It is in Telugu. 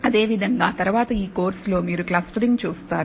అదేవిధంగా తరువాత ఈ కోర్సులో మీరు క్లస్టరింగ్ చూస్తారు